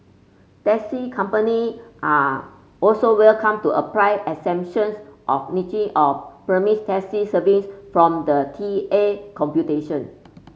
taxi company are also welcome to apply exemptions of niche or premiums taxi service from the T A computation